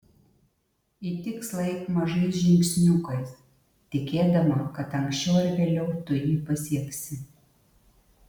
į tikslą eik mažais žingsniukais tikėdama kad anksčiau ar vėliau tu jį pasieksi